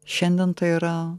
šiandien tai yra